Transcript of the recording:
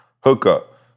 hookup